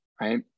right